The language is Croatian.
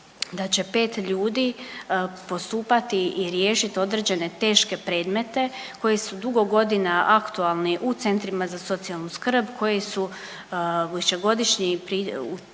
da će pet ljudi postupati i riješit određene teške predmete koji su dugo godina aktualni u centrima za socijalnu skrb, koji su višegodišnji pritužbe,